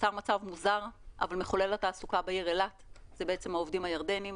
נוצר מצב מוזר אבל מחולל התעסוקה בעיר אילת זה בעצם העובדים הירדנים.